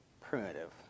primitive